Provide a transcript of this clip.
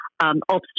Obstacles